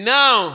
now